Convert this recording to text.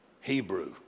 Hebrew